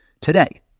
today